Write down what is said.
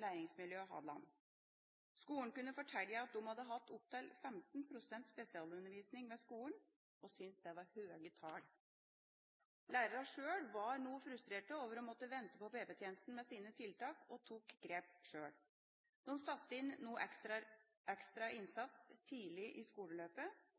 Læringsmiljø Hadeland. Skolen kunne fortelle at de hadde hatt opptil 15 pst. spesialundervisning ved skolen – og syntes dette var høye tall. Lærerne sjøl var noe frustrerte over å måtte vente på PP-tjenesten med sine tiltak og tok grep sjøl. De satte inn noe ekstra innsats tidlig i skoleløpet,